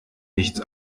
nichts